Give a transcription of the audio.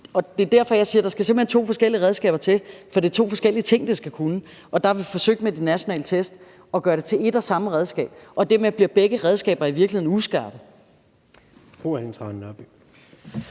hen skal to forskellige redskaber til, for det er to forskellige ting, de skal kunne. Der har vi forsøgt med de nationale test at gøre det til et og samme redskab, og dermed bliver begge redskaber i virkeligheden uskarpe.